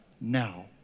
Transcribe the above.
now